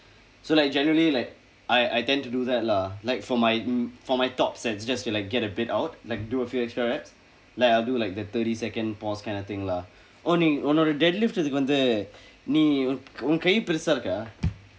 so like generally like I I tend to do that lah like for my for my top sense just to like get a bit out like do a few additional reps like I'll do like the thirty second pause kind of thing lah oh நீ உன்னோட:nii unnooda deadlift இதுக்கு வந்து நீ உன் உன் கை பெருசா இருக்கா:ithukku vandthu nii un un kai perusaa irukkaa